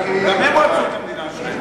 גם הם רצו את המדינה שלהם.